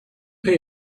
pay